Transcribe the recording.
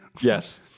Yes